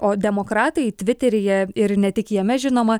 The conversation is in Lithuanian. o demokratai tviteryje ir ne tik jame žinoma